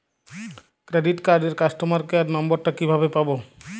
Credit কার্ডের customer care number টা কিভাবে পাবো?